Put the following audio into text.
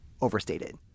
overstated